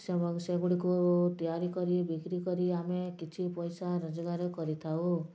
ସେଗୁଡ଼ିକୁ ତିଆରି କରି ବିକ୍ରୀ କରି ଆମେ କିଛି ପଇସା ରୋଜଗାର କରିଥାଉ